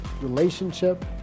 relationship